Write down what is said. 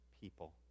people